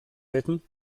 bitten